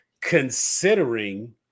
considering